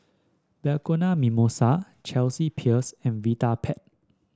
Bianco Mimosa Chelsea Peers and Vitapet